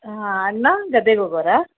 ಹಾಂ ಅಣ್ಣ ಗದ್ದೆಗೆ ಹೋಗೊವ್ರ